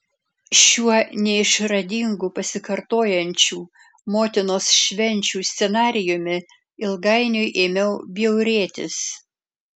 šiuo neišradingu pasikartojančių motinos švenčių scenarijumi ilgainiui ėmiau bjaurėtis